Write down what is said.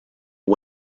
are